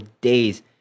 days